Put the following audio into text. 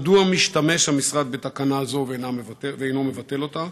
ברצוני לשאול: 1. מדוע משתמש המשרד בתקנה זו ואינו מבטל אותה?